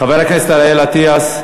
חבר הכנסת אריאל אטיאס.